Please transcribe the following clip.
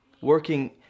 working